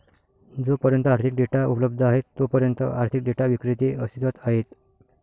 जोपर्यंत आर्थिक डेटा उपलब्ध आहे तोपर्यंत आर्थिक डेटा विक्रेते अस्तित्वात आहेत